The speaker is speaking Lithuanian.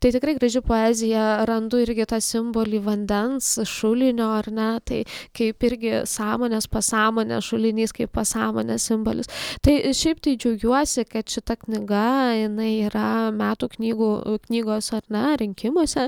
tai tikrai graži poezija randu irgi tą simbolį vandens šulinio ar ne tai kaip irgi sąmonės pasąmonės šulinys kaip pasąmonės simbolis tai šiaip tai džiaugiuosi kad šita knyga jinai yra metų knygų knygos ar ne rinkimuose